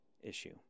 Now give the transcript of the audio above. issue